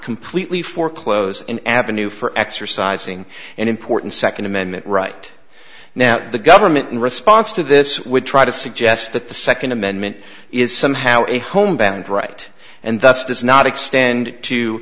completely foreclose an avenue for exercising an important second amendment right now the government in response to this would try to suggest that the second amendment is somehow a home band right and thus does not extend to